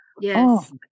Yes